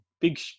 big